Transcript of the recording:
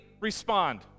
respond